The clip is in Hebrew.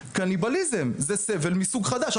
קניבליזם זה סבל מסוג חדש.